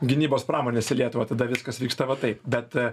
gynybos pramonės į lietuvą tada viskas vyksta va taip bet